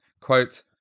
Quote